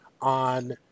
on